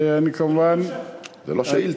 אני כמובן, שאלת המשך.